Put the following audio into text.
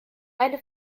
eine